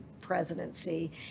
presidency